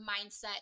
mindset